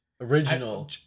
Original